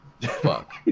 Fuck